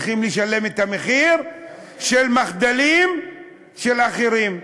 צריכים לשלם את המחיר של מחדלים של אחרים.